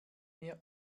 mir